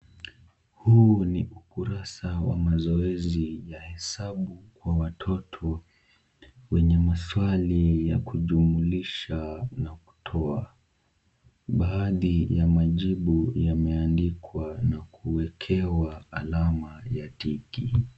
Huu ni ukurasa wa mazoezi ya hesabu kwa watoto wenye maswali ya kujumulisha na kutoa baadhi ya majibu yameandikwa na kuwekewa alama ya tiki.